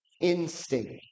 instinct